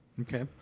Okay